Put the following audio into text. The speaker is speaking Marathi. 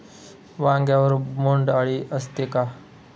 वांग्यावर बोंडअळी असते का?